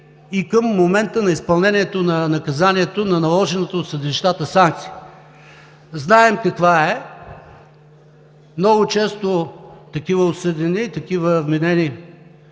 и към момента на изпълнението на наказанието, на наложената от съдилищата санкция. Знаем каква е. Много често такива осъдени, такива вменени